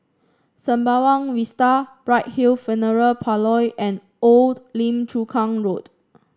Sembawang Vista Bright Hill Funeral Parlour and Old Lim Chu Kang Road